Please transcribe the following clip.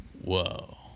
whoa